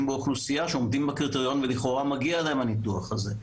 באוכלוסייה שעומדים בקריטריונים ולכאורה מגיע להם הניתוח הזה.